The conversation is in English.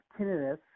tinnitus